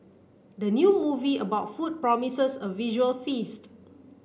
the new movie about food promises a visual feast